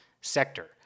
sector